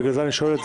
בגלל זה אני שואל.